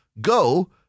go